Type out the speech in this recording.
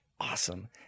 Awesome